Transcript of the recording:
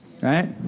Right